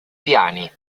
piani